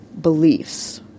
beliefs